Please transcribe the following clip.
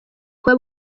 kuba